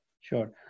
sure